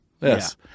Yes